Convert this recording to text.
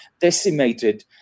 decimated